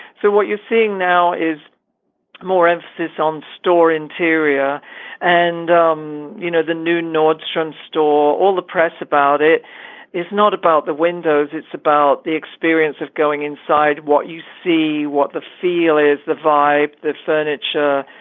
so what you're seeing now is more emphasis on store interior and um you know, the new nordstrom store, all the press about it is not about the windows. it's about the experience of going inside. what you see, what the feel is the vibe, the furniture,